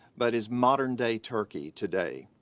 but is modern day turkey today.